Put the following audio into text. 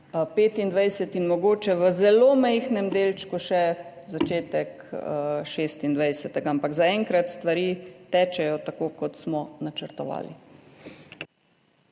2025 in mogoče v zelo majhnem delčku še v začetku leta 2026, ampak zaenkrat stvari tečejo tako, kot smo načrtovali.